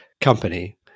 company